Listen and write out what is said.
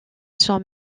son